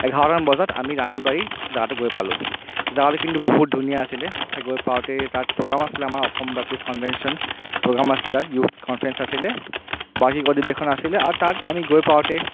এঘাৰটামান বজাত আমি ৰাণীবাৰী জাগাটো গৈ পালো জাগাটো কিন্তু বহুত ধুনীয়া আছিলে গৈ পাওঁতেই তাত প্ৰগ্ৰেম আছিলে আমাৰ অসম বাপটিছ কনভেনশ্যন প্ৰগেম আছিলে তাত ইউথ কনফাৰেঞ্চ আছিলে বাৰ্ষিক অধিৱেশন আছিলে আৰু তাত আমি গৈ পাওঁতেই